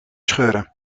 scheuren